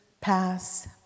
pass